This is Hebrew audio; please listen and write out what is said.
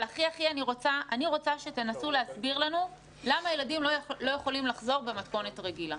אני רוצה שתנסו להסביר לנו למה הילדים לא יכולים לחזור במתכונת רגילה.